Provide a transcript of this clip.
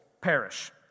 perish